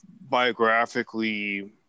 biographically